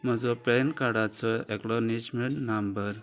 म्हजो पॅन कार्डाचो एकलो निश्मेण नांबर